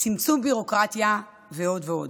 צמצום ביורוקרטיה ועוד ועוד.